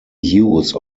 use